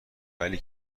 ولی